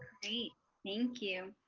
cindy thank you.